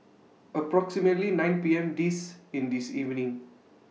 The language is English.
approximately nine P M This in This evening